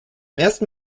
ersten